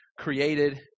created